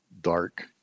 dark